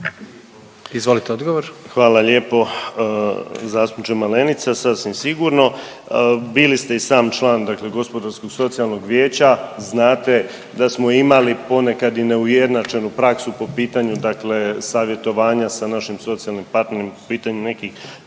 Marin (HDZ)** Hvala lijepo zastupniče Malenica. Sasvim sigurno, bili ste i sam član Gospodarsko-socijalnog vijeća znate da smo imali ponekad i neujednačenu praksu po pitanju savjetovanja sa našim socijalnim … po pitanju nekih